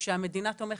שהמדינה תומכת,